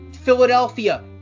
Philadelphia